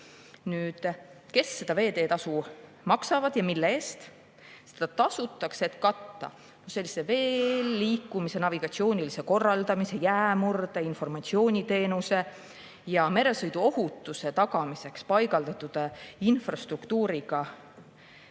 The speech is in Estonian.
Kes veeteetasu maksavad ja mille eest? Seda tasutakse, et katta veeteel liikumise navigatsioonilise korraldamisega, jäämurde‑ ja informatsiooniteenusega ning meresõiduohutuse tagamiseks paigaldatud infrastruktuuriga